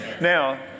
Now